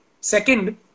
second